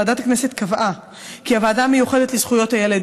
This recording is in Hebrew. ועדת הכנסת קבעה כי הוועדה המיוחדת לזכויות הילד